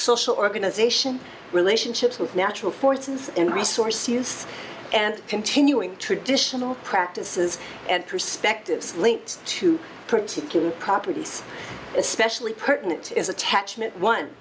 social organization relationships with natural forces and resource use and continuing traditional practices and perspectives linked to persecute properties especially pertinent is attachment one